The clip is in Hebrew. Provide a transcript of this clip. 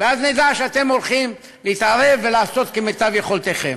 ואז נדע שאתם הולכים להתערב ולעשות כמיטב יכולתכם.